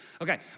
Okay